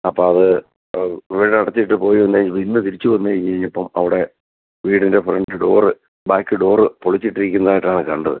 അപ്പോൾ അത് വീടടച്ചിട്ടിട്ട് പോയി ഇന്ന് തിരിച്ചു വന്നുകഴിഞ്ഞ് കഴിഞ്ഞപ്പോൾ അവിടെ വീടിൻ്റെ ഫ്രണ്ട് ഡോറ് ബാക്ക് ഡോറ് പൊളിച്ചിട്ടിരിക്കുന്നതായിട്ടാണ് കണ്ടത്